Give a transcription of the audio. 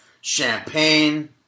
champagne